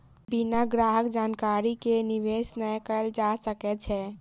बिना ग्राहक जानकारी के निवेश नै कयल जा सकै छै